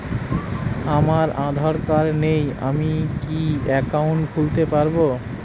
আমার আধার কার্ড নেই আমি কি একাউন্ট খুলতে পারব?